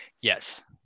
Yes